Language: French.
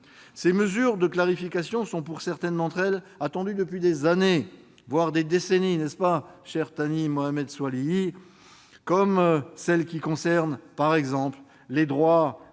Ces mesures de clarification sont, pour certaines d'entre elles, attendues depuis des années, voire des décennies- n'est-ce pas, cher Thani Mohamed Soilihi ?-, comme celle qui concerne les droits